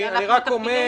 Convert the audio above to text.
אני רק אומר,